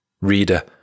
Reader